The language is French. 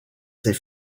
ses